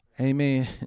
amen